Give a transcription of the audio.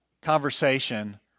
conversation